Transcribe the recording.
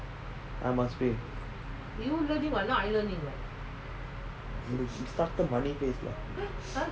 I must pay money face lah